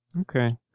Okay